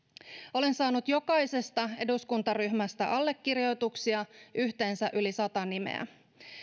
olen saanut jokaisesta eduskuntaryhmästä allekirjoituksia yhteensä yli sata nimeä